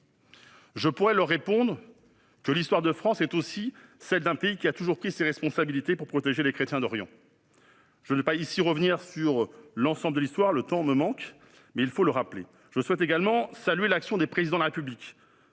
Je pourrais leur répondre que l'histoire de France est aussi celle d'un pays qui a toujours pris ses responsabilités pour protéger les chrétiens d'Orient. Je ne vais pas ici revenir sur l'ensemble de cette histoire commune, car le temps me manquerait, mais il faut le rappeler. Je souhaite également saluer l'action des présidents de la République,